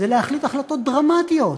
זה להחליט החלטות דרמטיות,